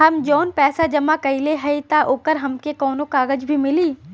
हम जवन पैसा जमा कइले हई त ओकर हमके कौनो कागज भी मिली?